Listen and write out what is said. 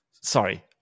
sorry